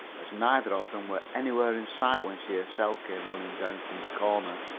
as neither of them were anywhere in sight when she herself came running down from the corner.